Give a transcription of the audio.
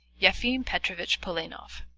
yefim petrovitch polenov,